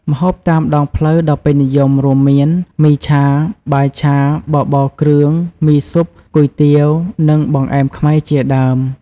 ម្ហូបតាមដងផ្លូវដ៏ពេញនិយមរួមមាន មីឆា បាយឆា បបរគ្រឿង មីស៊ុប គុយទាវ និងបង្អែមខ្មែរជាដើម។